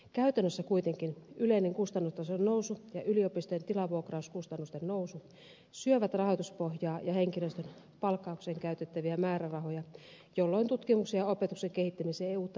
käytännössä kuitenkin yleinen kustannustason nousu ja yliopistojen tilavuokrauskustannusten nousu syövät rahoituspohjaa ja henkilöstön palkkaukseen käytettäviä määrärahoja jolloin tutkimuksen ja opetuksen kehittämiseen ei uutta rahoitusta riitä